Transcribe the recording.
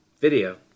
Video